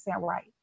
right